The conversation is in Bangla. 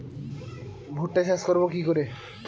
ভুট্টা চাষ করব কি করে?